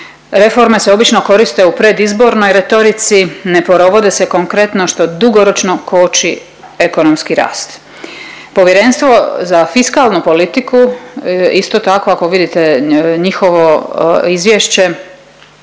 Reforme se obično koriste u predizbornoj retorici ne provode se konkretno što dugoročno koči ekonomski rast. Povjerenstvo za fiskalnu politiku isto tako ako vidite njihovo izvješće,